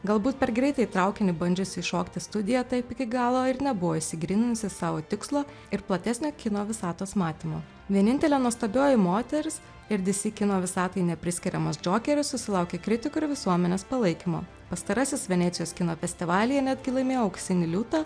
galbūt per greitai į traukinį bandžiusi įšokti studija taip iki galo ir nebuvo išsigryninusi savo tikslo ir platesnio kino visatos matymo vienintelė nuostabioji moteris ir dc kino visatai nepriskiriamas džokeris susilaukė kritikų ir visuomenės palaikymo pastarasis venecijos kino festivalyje netgi laimėjo auksinį liūtą